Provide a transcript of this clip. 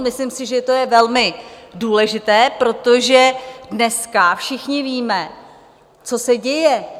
Myslím si, že to je velmi důležité, protože dneska všichni víme, co se děje.